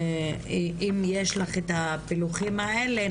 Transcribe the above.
אם יש לך את הפילוחים האלה,